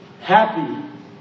Happy